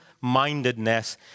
mindedness